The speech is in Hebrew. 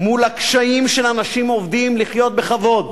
מול הקשיים של אנשים עובדים לחיות בכבוד,